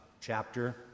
chapter